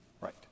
Right